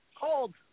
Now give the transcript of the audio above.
Cold